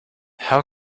how